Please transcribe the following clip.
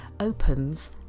opens